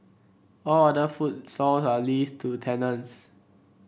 all other food are leased to tenants